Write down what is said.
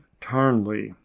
Tarnley